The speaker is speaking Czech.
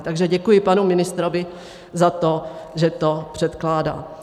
Takže děkuji panu ministrovi za to, že to předkládá.